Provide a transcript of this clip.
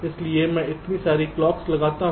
इसलिए मैं इतनी सारी क्लॉक्स लगाता हूं